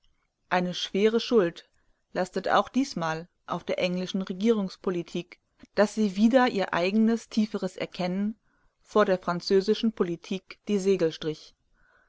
eine schwere schuld lastet auch diesmal auf der englischen regierungspolitik daß sie wider ihr eigenes tieferes erkennen vor der französischen politik die segel strich